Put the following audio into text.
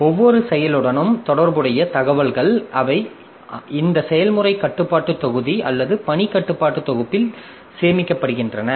ஒவ்வொரு செயலுடனும் தொடர்புடைய தகவல்கள் அவை இந்த செயல்முறை கட்டுப்பாட்டு தொகுதி அல்லது பணி கட்டுப்பாட்டு தொகுப்பில் சேமிக்கப்படுகின்றன